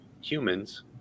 humans